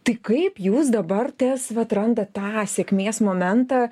tai kaip jūs dabar tas vat randat tą sėkmės momentą